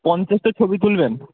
পঞ্চাশটা ছবি তুলবেন